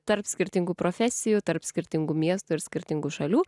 tarp skirtingų profesijų tarp skirtingų miestų ir skirtingų šalių